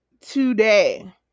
today